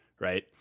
Right